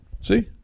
See